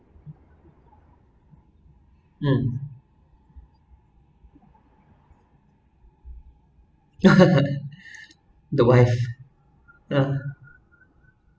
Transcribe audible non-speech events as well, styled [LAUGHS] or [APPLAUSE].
um [LAUGHS] the wife um